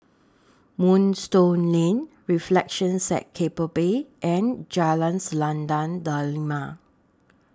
Moonstone Lane Reflections At Keppel Bay and Jalan Selendang Delima